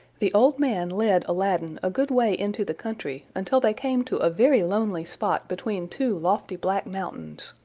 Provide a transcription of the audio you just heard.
the old man led aladdin a good way into the country, until they came to a very lonely spot between two lofty black mountains.